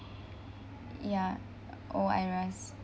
ya or IRAS